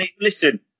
Listen